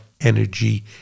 energy